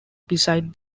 beside